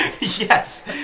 Yes